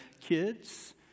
kids